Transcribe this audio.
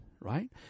right